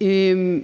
man